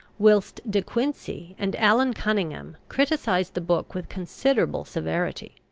whilst de quincey and allan cunningham criticized the book with considerable severity.